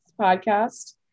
Podcast